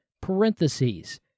parentheses